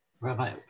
Rabbi